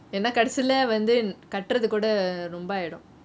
ஏனா கடைசில வந்து கட்டுறதுகூட ரொம்ப ஆயிரும்:yenna kadaisileh vanthu katurathukoode rombe aaiyirum